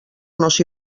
nos